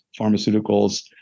Pharmaceuticals